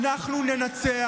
אנחנו ננצח.